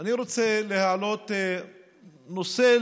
אני רוצה להעלות נושא,